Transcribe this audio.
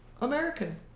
american